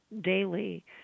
daily